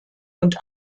und